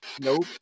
Nope